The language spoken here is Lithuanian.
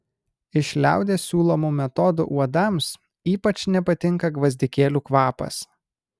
iš liaudies siūlomų metodų uodams ypač nepatinka gvazdikėlių kvapas